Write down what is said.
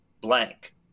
blank